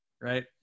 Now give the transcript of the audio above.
right